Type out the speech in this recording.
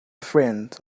friends